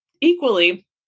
equally